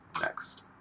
next